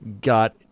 got